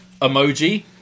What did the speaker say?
emoji